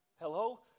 Hello